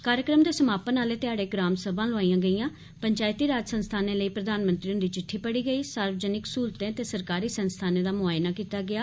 कार्यक्रम दे समापन आले ध्याड़े ग्राम सभा लोआइयां गेड्यां पंचायती राज संस्थानें लेई प्रघानमंत्री हुंदी चिट्ठी पढ़ी गेई सार्वजनिक सहूलते ते सरकारी संस्थानें दा मुआयना कीता गेआ